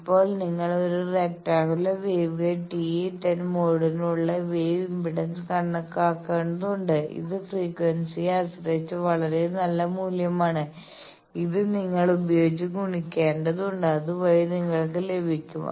ഇപ്പോൾ നിങ്ങൾ ഒരു റക്റ്റാങ്കുലർ വേവ്ഗൈഡിൽ TE10 മോഡിനുള്ള വേവ് ഇംപെഡൻസ് കണക്കാക്കേണ്ടതുണ്ട് ഇത് ഫ്രീക്വൻസിയെ ആശ്രയിച്ച് വളരെ നല്ല മൂല്യമാണ് ഇത് നിങ്ങൾ ഉപയോഗിച്ച് ഗുണിക്കേണ്ടതുണ്ട് അതുവഴി നിങ്ങൾക്ക് ലഭിക്കും